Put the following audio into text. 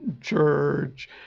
church